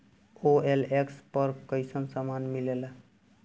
OLX पर कइसन सामान मीलेला?